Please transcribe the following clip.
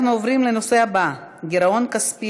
אנחנו עוברים לנושא הבא: גירעון כספי